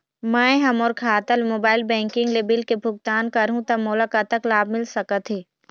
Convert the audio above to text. मैं हा मोर खाता ले मोबाइल बैंकिंग ले बिल के भुगतान करहूं ता मोला कतक लाभ मिल सका थे?